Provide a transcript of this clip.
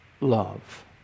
Love